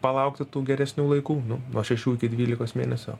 palaukti tų geresnių laikų nu nuo šešių iki dvylikos mėnesio